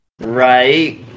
Right